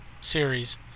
series